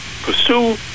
pursue